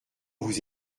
vous